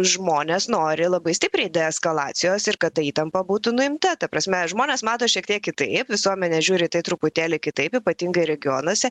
žmonės nori labai stipriai deeskalacijos ir kad ta įtampa būtų nuimta ta prasme žmonės mato šiek tiek kitaip visuomenė žiūri į tai truputėlį kitaip ypatingai regionuose